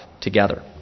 together